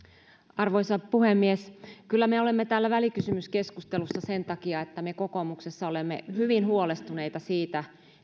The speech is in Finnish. arvoisa puhemies kyllä me olemme täällä välikysymyskeskustelussa sen takia että me kokoomuksessa olemme hyvin huolestuneita siitä